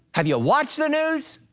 have you watched the news?